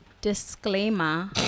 Disclaimer